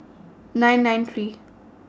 nine nine three